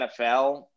NFL